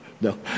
no